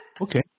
Okay